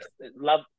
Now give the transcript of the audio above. Love